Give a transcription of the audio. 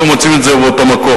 אנחנו מוצאים את זה באותו מקור.